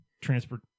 transport